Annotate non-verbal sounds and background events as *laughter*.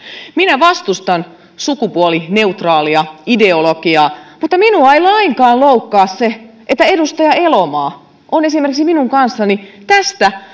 minä vastustan sukupuolineutraalia ideologiaa mutta minua ei lainkaan loukkaa se että edustaja elomaa on minun kanssani esimerkiksi tästä *unintelligible*